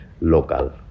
local